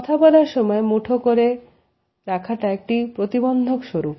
কথা বলার সময় হাত মুঠো করে রাখাটা একটি প্রতিবন্ধক স্বরূপ